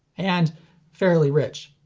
and fairly rich.